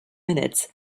minutes